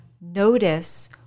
notice